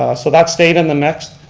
ah so that stayed in the next.